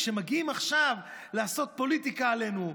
כשמגיעים עכשיו לעשות פוליטיקה עלינו,